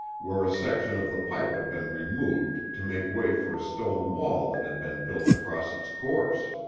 where a section of the pipe had been removed to make way for a stone wall that had been built across its course.